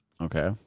Okay